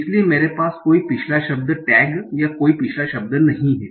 इसलिए मेरे पास कोई पिछला शब्द टैग या कोई पिछला शब्द नहीं है